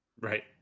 Right